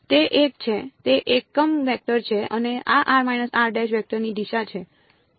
તે એક છે તે એકમ વેક્ટર છે અને આ વેક્ટરની દિશા શું છે